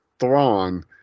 Thrawn